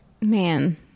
Man